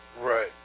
Right